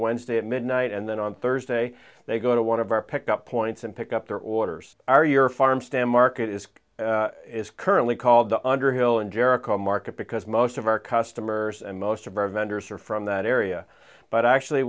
wednesday at midnight and then on thursday they go to one of our pickup points and pick up their orders are your farm stand market is is currently called the underhill in jericho market because most of our customers and most of our vendors are from that area but actually